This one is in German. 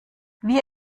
wie